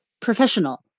professional